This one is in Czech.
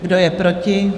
Kdo je proti?